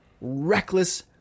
reckless